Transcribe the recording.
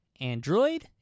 Android